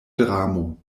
dramo